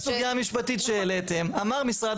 כי בגלל הסוגיה המשפטית שהעליתם אמר משרד